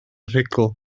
rhugl